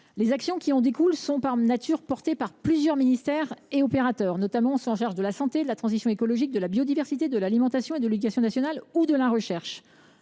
Les actions qui en découlent sont par nature conduites par plusieurs opérateurs et ministères, notamment ceux qui sont chargés de la santé, de la transition écologique, de la biodiversité, de l’alimentation, de l’éducation nationale et de la recherche.